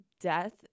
death